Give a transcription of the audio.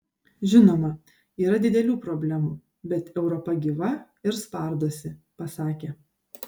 žinoma yra didelių problemų bet europa gyva ir spardosi pasakė